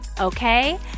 Okay